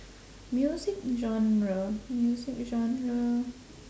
music genre music genre